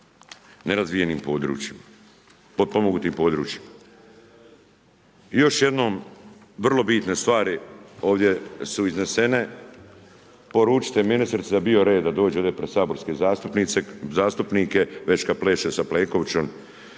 nerazvijenim područjima, potpomognutim područjima. Još jednom, vrlo bitne stvari ovdje su iznesene. Poručite ministrica da bi bio red da dođe ovdje pred saborske zastupnike već kad pleše sa Plenkovićem